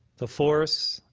the force,